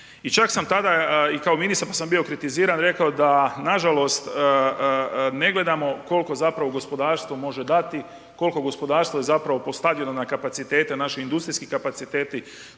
I čak sam tada kao ministar bio kritiziran rekao da nažalost ne gledamo koliko zapravo gospodarstvo može dati, koliko gospodarstvo zapravo … na kapacitete naše industrijski kapaciteti,